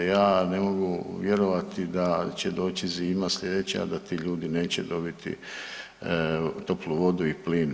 Ja ne mogu vjerovati da će doći zima slijedeća a da ti ljudi neće dobiti toplu vodu i plin.